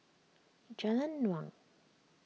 Jalan Naung